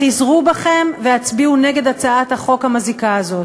חזרו בכם והצביעו נגד הצעת החוק המזיקה הזאת.